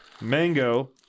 Mango